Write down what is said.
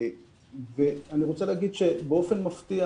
באופן מפתיע